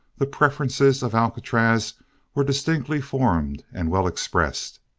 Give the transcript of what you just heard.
the preferences of alcatraz were distinctly formed and well expressed.